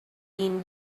din